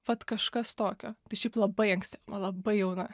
vat kažkas tokio tai šiaip labai anksti labai jauna